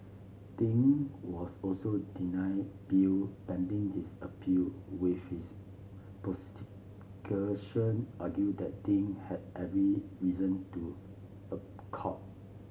Ding was also denied bill pending his appeal with the argue that Ding had every reason to